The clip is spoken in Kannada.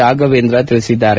ರಾಘವೇಂದ್ರ ತಿಳಿಸಿದ್ದಾರೆ